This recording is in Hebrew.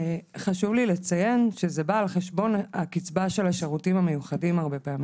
חשוב לי לציין שהרבה פעמים זה בא על חשבון הקצבה של השירותים המיוחדים.